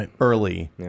early